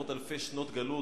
למרות אלפי שנות גלות,